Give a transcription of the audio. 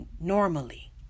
normally